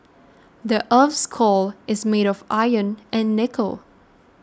the earth's core is made of iron and nickel